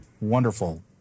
wonderful